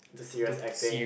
to serious acting